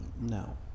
no